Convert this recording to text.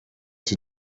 iki